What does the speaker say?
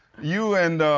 you and, ah,